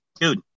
dude